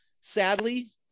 sadly